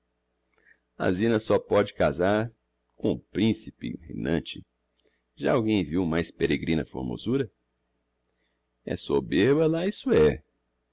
a zina só pode casar com um principe reinante já alguem viu mais peregrina formosura é soberba lá isso é